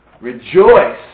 Rejoice